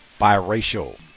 biracial